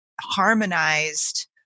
harmonized